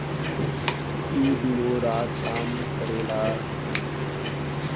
ई दिनो रात काम करेला